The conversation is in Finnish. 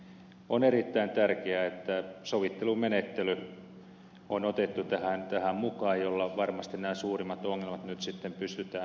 on erittäin tärkeää että tähän on otettu mukaan sovittelumenettely jolla varmasti nämä suurimmat ongelmat nyt sitten pystytään hoitamaan